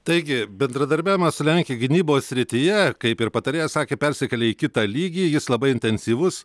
taigi bendradarbiavimas su lenkija gynybos srityje kaip ir patarėjas sakė persikelia į kitą lygį jis labai intensyvus